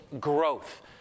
growth